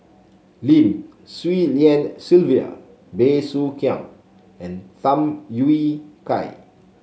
Lim Swee Lian Sylvia Bey Soo Khiang and Tham Yui Kai